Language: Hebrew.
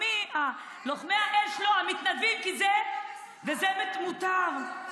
לוחמי האש, לא, המתנדבים, זה באמת מותר.